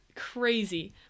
crazy